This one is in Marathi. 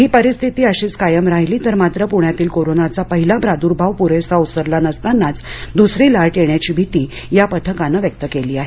ही परिस्थिती अशीच कायम राहिली तर मात्र पुण्यातील कोरोनाचा पहिला प्रादुर्भाव पुरेसा ओसरला नसतानाच दुसरी लाट येण्याची भीती या पथकानं व्यक्त केली आहे